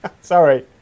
sorry